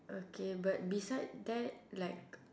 okay but beside that like